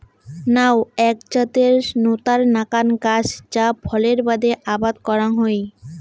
নাউ এ্যাক জাতের নতার নাকান গছ যা ফলের বাদে আবাদ করাং হই